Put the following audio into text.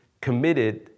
committed